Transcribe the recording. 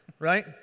right